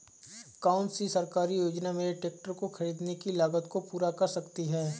कौन सी सरकारी योजना मेरे ट्रैक्टर को ख़रीदने की लागत को पूरा कर सकती है?